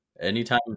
Anytime